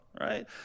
right